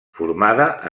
formada